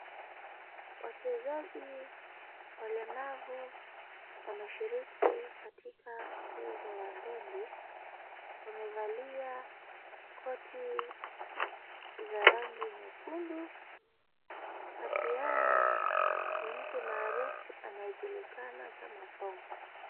Wachezaji walemavu wanashiriki katika mchezo wa ndondi. Wamevalia koti za rangi nyekundu. Kati yao ni mtu maarufu anayejulikana kama Sonko.